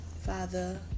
Father